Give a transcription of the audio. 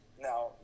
Now